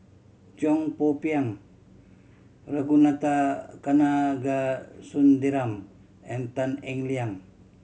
Cheong Poo Pieng Ragunathar Kanagasuntheram and Tan Eng Liang